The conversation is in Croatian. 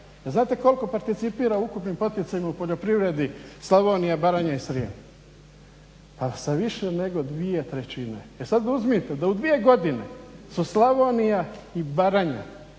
znate koliko participira u ukupnim poticajima u poljoprivredi Slavonija, Baranja i Srijem? Pa sa više nego 2/3. E sad uzmite da u dvije godine su Slavonija i Baranja